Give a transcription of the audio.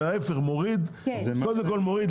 זה קודם כל מוריד,